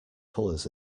colours